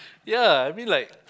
ya I mean like